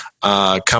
come